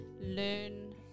learn